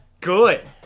good